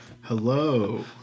Hello